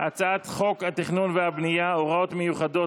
הצעת חוק התכנון והבנייה (הוראות מיוחדות